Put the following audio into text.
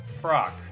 frock